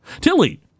Tilly